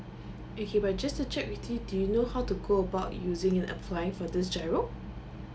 okay but just to check with you do you know how to go about using and applying for this giro